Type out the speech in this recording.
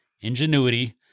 ingenuity